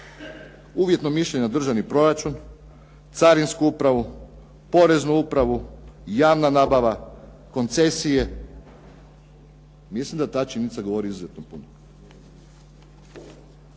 uvjetno mišljenje državni proračun, Carinsku upravu, Poreznu upravu, javna nabava, koncesije, mislim da ta činjenica govori izuzetno puno.